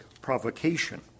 provocation